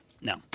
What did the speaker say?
No